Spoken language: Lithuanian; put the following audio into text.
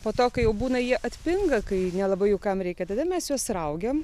po to kai jau būna ji atpinga kai nelabai jų kam reikia tada mes juos raugiam